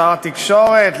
לשר התקשורת,